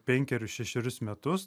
penkerius šešerius metus